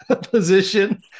position